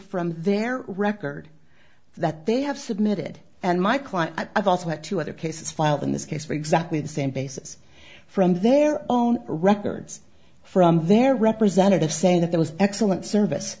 from their record that they have submitted and my client i've also had two other cases filed in this case for exactly the same basis from their own records from their representative saying that there was excellent service